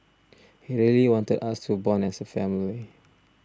he really wanted us to bond as a family